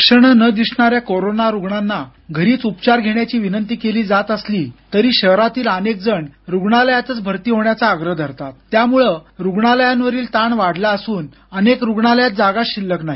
लक्षण न दिसणाऱ्या कोरोना रुग्णांना घरीच उपचार घेण्याची विनंती केली जात असली तरी शहरातील अनेक जण रुग्णालयातच भरती होण्याचं आग्रह धरतात त्यामूळं रुग्णालयांवरील ताण वाढला असून अनेक रुग्णालयात जागाच शिल्लक नाही